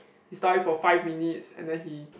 he study for five minutes and then he